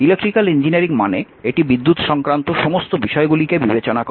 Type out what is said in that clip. electrical engineering মানে এটি বিদ্যুৎ সংক্রান্ত সমস্ত বিষয়গুলিকে বিবেচনা করে